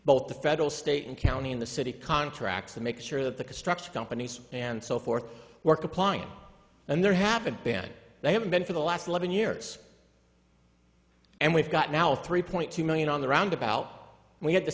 both the federal state and county in the city contracts to make sure that the construction companies and so forth were complying and there haven't been they haven't been for the last eleven years and we've got now three point two million on the roundabout and we had the